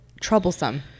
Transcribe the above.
troublesome